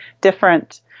different